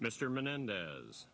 mr menendez